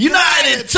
United